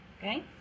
Okay